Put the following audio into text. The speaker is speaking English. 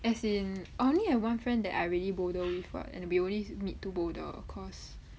as in I only have one friend that I really boulder with [what] and we always meet to boulder cause